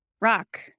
rock